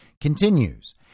continues